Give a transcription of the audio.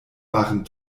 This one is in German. waren